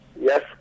Yes